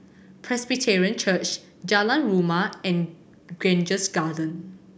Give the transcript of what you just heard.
Presbyterian Church Jalan Rumia and Grange Garden